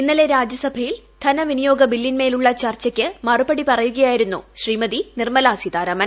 ഇന്നലെ രാജ്യസഭയിൽ ധനവിനിയോഗ ബില്ലിന്മേലുള്ള ചർച്ചയ്ക്ക് മറുപടി പറയുകയായിരുന്നു ശ്രീമതി നിർമ്മല സീതാരാമൻ